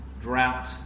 drought